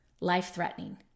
life-threatening